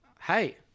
hey